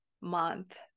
month